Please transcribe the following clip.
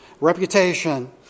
reputation